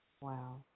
Wow